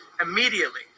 immediately